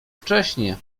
wcześnie